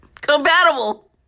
compatible